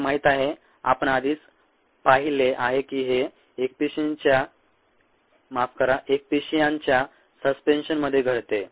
तुम्हाला माहिती आहे आपण आधीच पाहिले आहे की हे एकपेशींयांच्या ससपेन्शनमध्ये घडते